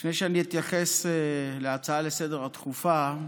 לפני שאני אתייחס להצעה הדחופה לסדר-היום,